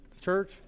church